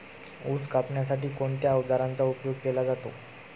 ऊस कापण्यासाठी कोणत्या अवजारांचा उपयोग केला जातो?